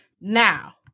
Now